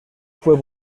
fue